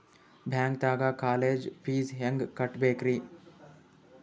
ಬ್ಯಾಂಕ್ದಾಗ college fees ಹೆಂಗ್ ಕಟ್ಟ್ಬೇಕ್ರಿ?